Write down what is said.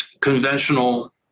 conventional